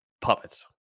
puppets